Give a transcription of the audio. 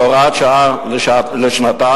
כהוראת שעה לשנתיים.